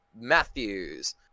Matthews